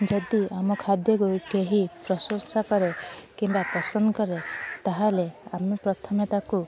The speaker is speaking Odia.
ଯଦି ଆମ ଖାଦ୍ୟକୁ କେହି ପ୍ରଶଂସା କରେ କିମ୍ୱା ପସନ୍ଦ କରେ ତାହେଲେ ଆମେ ପ୍ରଥମେ ତାକୁ